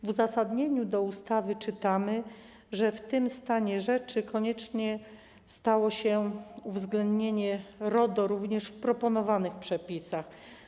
W uzasadnieniu ustawy czytamy, że w tym stanie rzeczy konieczne stało się uwzględnienie RODO również w proponowanych przepisach.